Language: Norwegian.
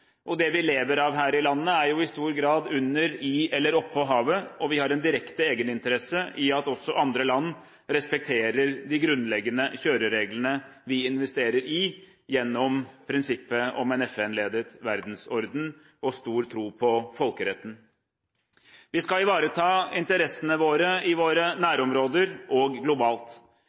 Det vi lever av her i landet, er i stor grad under, i eller oppå havet, og vi har en direkte egeninteresse i at også andre land respekterer de grunnleggende kjørereglene vi investerer i gjennom prinsippet om en FN-ledet verdensorden og stor tro på folkeretten. Vi skal ivareta interessene våre i våre nærområder og globalt.